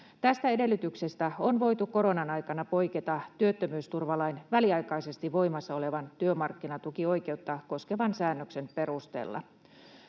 Tästä edellytyksestä on voitu koronan aikana poiketa työttömyysturvalain väliaikaisesti voimassa olevan työmarkkinatukioikeutta koskevan säännöksen perusteella.